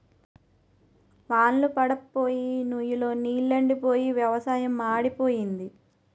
వాన్ళ్లు పడప్పోయి నుయ్ లో నీలెండిపోయి వ్యవసాయం మాడిపోయింది